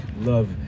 love